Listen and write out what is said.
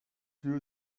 you